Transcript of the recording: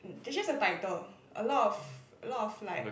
it's just a title a lot of a lot of like